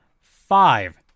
five